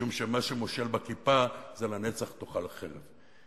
משום שמה שמושל בכיפה זה "לנצח תאכל חרב".